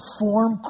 form